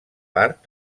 part